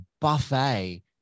buffet